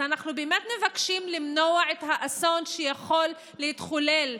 אז אנחנו באמת מבקשים למנוע את האסון שיכול להתחולל.